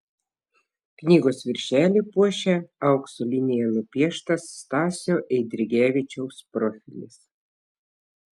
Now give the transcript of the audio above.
knygos viršelį puošia aukso linija nupieštas stasio eidrigevičiaus profilis